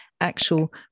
actual